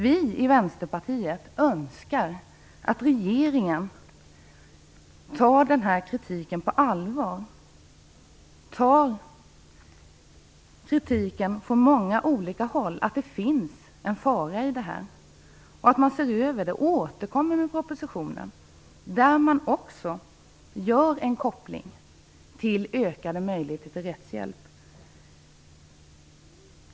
Vi i Vänsterpartiet önskar att regeringen tar kritiken på allvar. Det kommer kritik från många olika håll som innebär att det finns en fara i förslaget. Vi önskar att man ser över frågan och återkommer med en proposition där det görs en koppling till ökade möjligheter till rättshjälp.